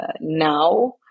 now